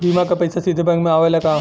बीमा क पैसा सीधे बैंक में आवेला का?